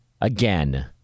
again